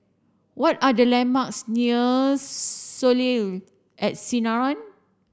what are the landmarks near Soleil at Sinaran